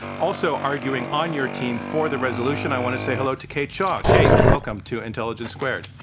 also, arguing on your team for the resolution, i want to say hello to kate shaw. kate, welcome to intelligence squared.